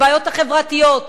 הבעיות החברתיות.